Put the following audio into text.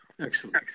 Excellent